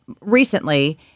recently